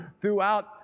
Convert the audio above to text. throughout